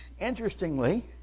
Interestingly